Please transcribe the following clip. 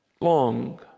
long